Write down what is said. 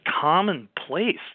commonplace